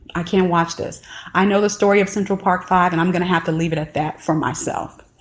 i can't watch this i know the story of central park five and i'm gonna have to leave it at that for myself